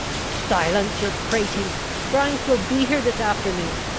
silence your prating! grimes will be here this afternoon.